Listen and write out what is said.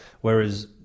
whereas